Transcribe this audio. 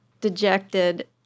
dejected